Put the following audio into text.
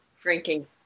drinking